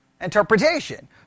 interpretation